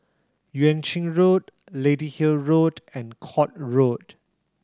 Yuan Ching Road Lady Hill Road and Court Road